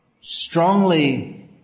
strongly